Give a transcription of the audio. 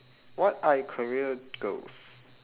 what are your career goals